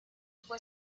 fue